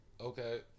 Okay